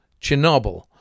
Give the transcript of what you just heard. Chernobyl